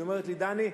והיא אומרת לי: דני,